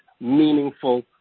meaningful